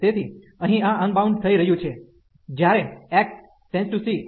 તેથી અહીં આ અનબાઉન્ડ થઈ રહ્યું છે જ્યારે x → c